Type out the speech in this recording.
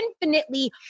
infinitely